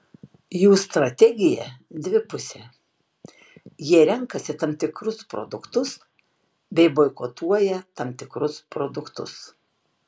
jų strategija dvipusė jie renkasi tam tikrus produktus bei boikotuoja tam tikrus produktus